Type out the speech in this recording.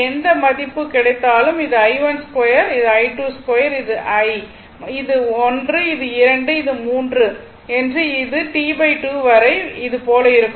எந்த மதிப்பு கிடைத்தாலும் இது i12 இது I2 இது 1 இது 2 இது 3 என்று இது T 2 வரை இது போல இருக்கும்